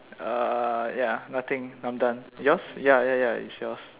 uh ya nothing I'm done yours ya ya ya it's yours